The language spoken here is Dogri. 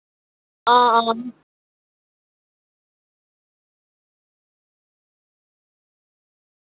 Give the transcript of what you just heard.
हां हां